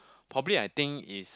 probably I think is